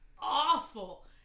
awful